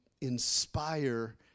inspire